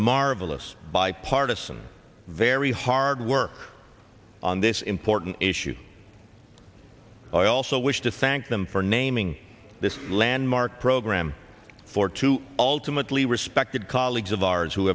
marvelous bipartisan very hard work on this important issue i also wish to thank them for naming this landmark program for two ultimately respected colleagues of ours who